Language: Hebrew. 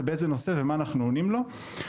באיזה נושא ומה אנחנו עונים לו.